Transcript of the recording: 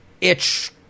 itch